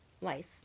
life